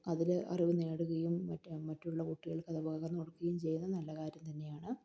അതില് അറിവ് നേടുകയും മറ്റുള്ള കുട്ടികൾക്ക് അത് പകര്ന്നുകൊടുക്കുകയും ചെയ്യുന്നത് നല്ല കാര്യം തന്നെയാണ്